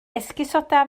esgusoda